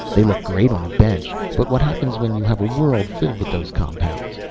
they look great on a bench but what happens when you have a world filled with those compounds?